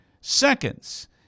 seconds